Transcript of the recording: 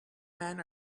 men